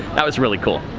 that was really cool.